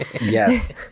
Yes